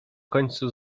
końcu